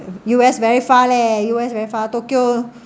U_S very far leh U_S very far tokyo